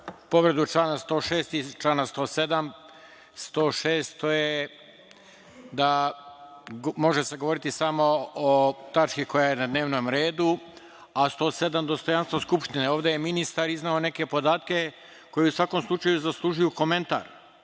povredu člana 106. i člana 107.Član 106. to je da se može govoriti samo o tački koja je na dnevnom redu, a 107. dostojanstvo Skupštine. Ovde je ministar izneo neke podatke koje u svakom slučaju zaslužuju komentar.